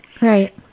Right